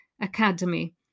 Academy